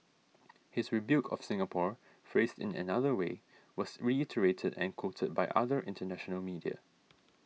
his rebuke of Singapore phrased in another way was reiterated and quoted by other international media